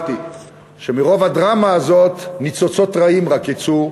מרוב הדרמה הזאת ניצוצות רעים רק יצאו,